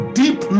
deep